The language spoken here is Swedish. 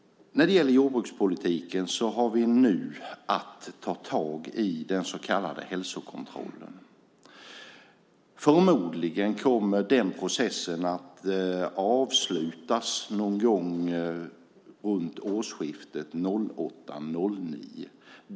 När det gäller jordbrukspolitiken har vi nu att ta tag i den så kallade hälsokontrollen. Förmodligen kommer den processen att avslutas någon gång runt årsskiftet 2008/09.